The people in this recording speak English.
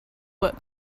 what